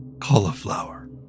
cauliflower